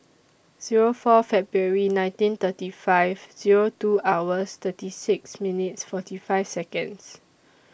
Zero four February nineteen thirty five Zero two hours thirty six minutes forty five Seconds